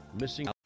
missing